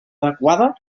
adequada